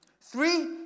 Three